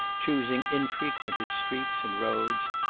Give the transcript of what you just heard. choosing infrequented streets and roads,